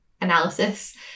analysis